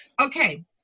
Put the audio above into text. Okay